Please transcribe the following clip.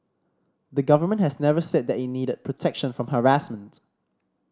the Government has never said that it needed protection from harassment